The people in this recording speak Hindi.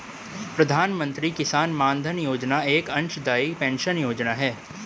प्रधानमंत्री किसान मानधन योजना एक अंशदाई पेंशन योजना है